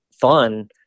fun